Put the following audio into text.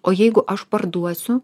o jeigu aš parduosiu